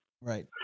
Right